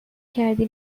کردی